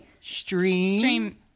Stream